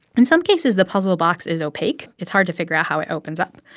in some cases, the puzzle box is opaque. it's hard to figure out how it opens up.